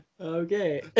Okay